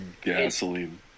Gasoline